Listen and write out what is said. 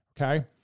Okay